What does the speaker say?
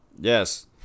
yes